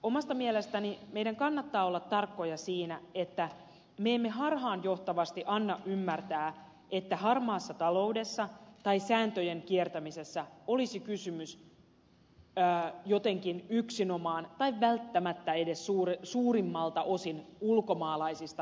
omasta mielestäni meidän kannattaa olla tarkkoja siinä että me emme harhaanjohtavasti anna ymmärtää että harmaassa taloudessa tai sääntöjen kiertämisessä olisi kysymys jotenkin yksinomaan tai välttämättä edes suurimmalta osin ulkomaalaisista henkilöistä